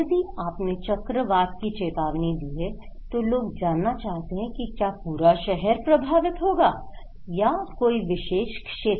यदि आपने चक्रवात की चेतावनी दी है तो लोग जानना चाहते हैं कि क्या पूरा शहर प्रभावित होगा या कोई विशेष क्षेत्र